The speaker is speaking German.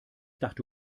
dachte